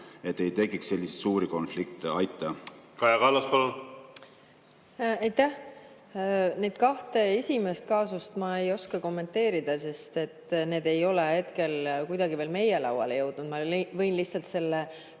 et ei tekiks selliseid suuri konflikte? Kaja Kallas, palun! Kaja Kallas, palun! Aitäh! Neid kahte esimest kaasust ma ei oska kommenteerida, sest need ei ole mitte kuidagi veel meie lauale jõudnud. Ma võin lihtsalt selle